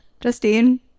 Justine